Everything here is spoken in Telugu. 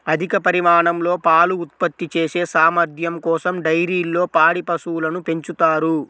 అధిక పరిమాణంలో పాలు ఉత్పత్తి చేసే సామర్థ్యం కోసం డైరీల్లో పాడి పశువులను పెంచుతారు